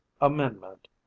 amendment